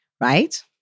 right